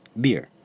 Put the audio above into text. Beer